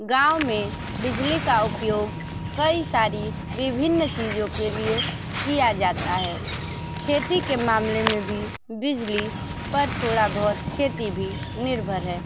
गाँव में बिजली का उपयोग कई सारी विभिन्न चीजों के लिए किया जाता है खेती के मामले में भी बिजली पर थोड़ा बहुत खेती भी निर्भर है